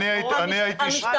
אני הייתי שם --- אני מצטערת,